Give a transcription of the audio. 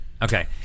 Okay